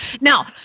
Now